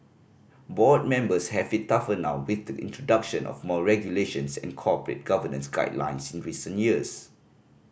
board members have it tougher now with the introduction of more regulations and corporate governance guidelines in recent years